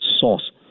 source